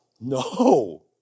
No